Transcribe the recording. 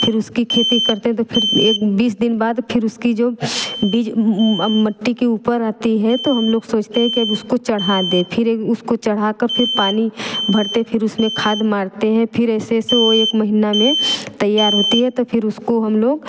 फिर उसकी खेती करते तो फिर एक बीस दिन बाद फिर उसकी जो बीज मिट्टी के ऊपर आती है तो हम लोग सोचते हैं कि अब उसको चढ़ा दे फिर उसको चढ़ा कर फिर पानी भरते फिर उसमें खाद मारते हैं फिर ऐसे ऐसे वो एक महीना में तैयार होती है तो फिर उसको हम लोग